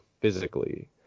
physically